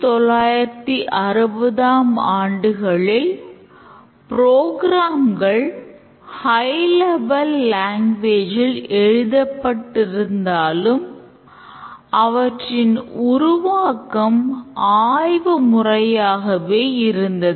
1960ம் ஆண்டுகளில் புரோகிராம்கள் இருந்தது